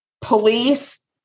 Police